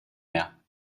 mehr